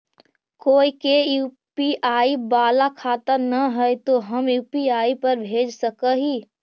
कोय के यु.पी.आई बाला खाता न है तो हम यु.पी.आई पर भेज सक ही?